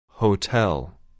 Hotel